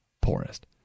poorest